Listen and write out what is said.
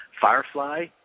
Firefly